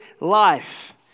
life